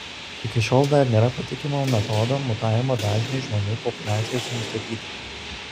iki šiol dar nėra patikimo metodo mutavimo dažniui žmonių populiacijose nustatyti